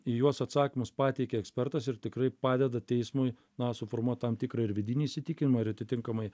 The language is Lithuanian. į juos atsakymus pateikia ekspertas ir tikrai padeda teismui na suformuot tam tikrą ir vidinį įsitikinimą ir atitinkamai